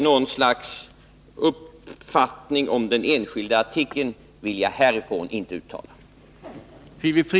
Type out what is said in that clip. Någon uppfattning om den enskilda artikeln vill jag inte uttala här ifrån.